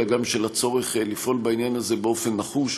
אלא גם של הצורך לפעול בעניין הזה באופן נחוש.